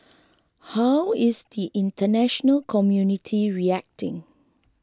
how is the international community reacting